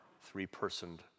three-personed